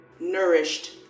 nourished